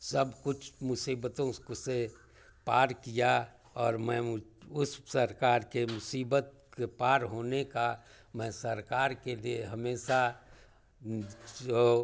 सब कुछ मुसीबतों से पार किया और मैं उस सरकार के मुसीबत के पार होने का मैं सरकार के लिए हमेशा जो